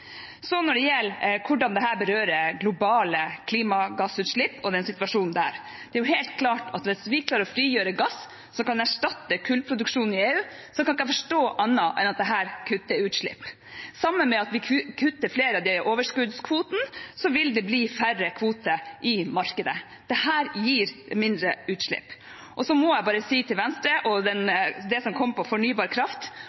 Når det gjelder hvordan dette berører globale klimagassutslipp og den situasjonen, er det helt klart at hvis vi klarer å frigjøre gass som kan erstatte kullproduksjonen i EU, kan jeg ikke forstå annet at dette kutter utslipp. Sammen med at vi kutter flere av overskuddskvotene, vil det bli færre kvoter i markedet. Dette gir mindre utslipp. Så må jeg bare si til Venstre, om det man sa om fornybar kraft og